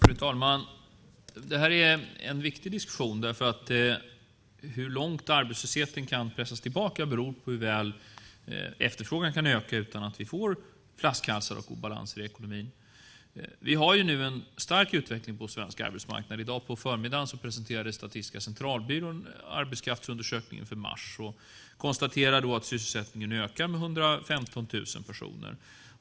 Fru talman! Det här är en viktig diskussion. Hur långt arbetslösheten kan pressas tillbaka beror på hur väl efterfrågan kan öka utan att vi får flaskhalsar och obalanser i ekonomin. Vi har nu en stark utveckling på svensk arbetsmarknad. I dag på förmiddagen presenterade Statistiska centralbyrån arbetskraftsundersökningen för mars och konstaterar där att sysselsättningen ökat med 115 000 personer.